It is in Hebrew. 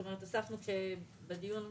כאשר אישרנו,